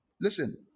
Listen